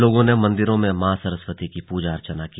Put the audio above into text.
लोगों ने मंदिरों में मां सरस्वती की पूजा अर्चना की